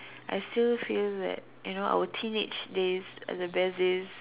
I still feel that you know our teenage days are the best days